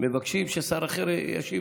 ומבקשים ששר אחר ישיב.